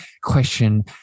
question